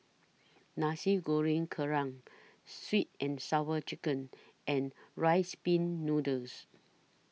Nasi Goreng Kerang Sweet and Sour Chicken and Rice Pin Noodles